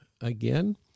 again